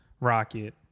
rocket